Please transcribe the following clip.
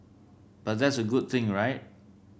but that's a good thing right